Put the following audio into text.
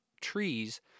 trees